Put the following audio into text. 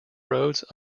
roads